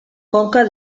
conca